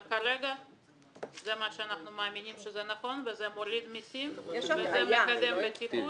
כרגע זה מה שאנחנו מאמינים שהוא נכון וזה מוריד מסים ומקדם בטיחות.